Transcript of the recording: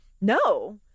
No